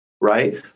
right